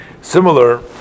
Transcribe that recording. similar